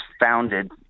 founded